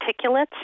particulates